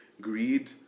greed